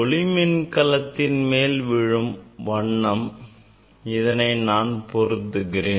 ஒளி மின்கலத்தின் மேல் ஒளி விழும் வண்ணம் இதனை நான் பொருத்துகிறேன்